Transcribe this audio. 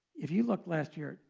if you look last year,